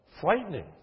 frightening